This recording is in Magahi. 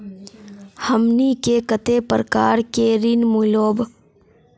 हमनी के कते प्रकार के ऋण मीलोब?